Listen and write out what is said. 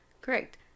Correct